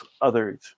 others